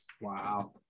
Wow